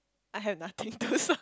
I have nothing to